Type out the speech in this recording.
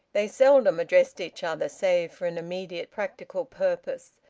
they seldom addressed each other, save for an immediate practical purpose,